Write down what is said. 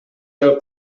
del